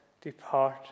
depart